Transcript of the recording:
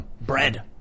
Bread